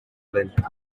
lent